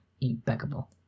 impeccable